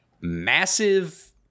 massive